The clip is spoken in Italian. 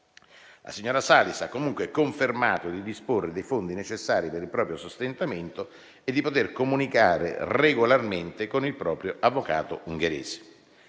La signora Salis ha comunque confermato di disporre dei fondi necessari per il proprio sostentamento e di poter comunicare regolarmente con il proprio avvocato ungherese.